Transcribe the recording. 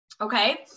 Okay